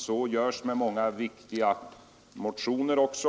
Så görs med många viktiga motioner också.